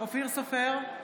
אופיר סופר,